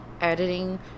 editing